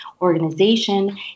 organization